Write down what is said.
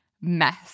mess